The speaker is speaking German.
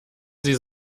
sie